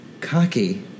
Cocky